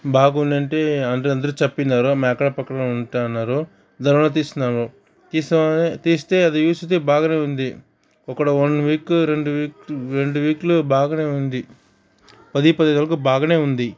బాగుందంటే అంటే అందరూ చెప్పినారు మ్యాక్రో పక్కన ఉంటాదన్నారు దర్వాజ తీసినాను తీస్తే తీస్తే అది యూజ్ చేస్తే బాగనే ఉంది అక్కడ వన్ వీక్ రెండు వీక్ రెండు వీక్లు బాగనే ఉంది పది పదిహేను వరకు బాగనే ఉంది